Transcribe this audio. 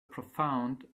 profound